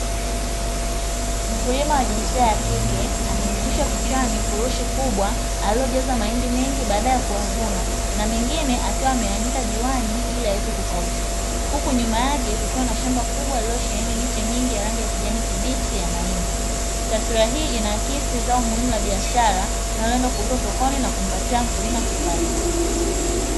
Mkulima wa jinsia ya kike, amejitwisha kichwani furushi kubwa alilojaza mahindi mengi baada ya kuwavuna, na mengine akiwa ameanika juani ili yaweze kukaushwa. Huku nyuma yake kukiwa na shamba kubwa lililosheheni miche mingi ya rangi ya kijani kibichi ya mahindi. Taswira hii inaakisi zao muhimu la biashara linaloenda kuuzwa sokoni na kumpatia mkulima kipato.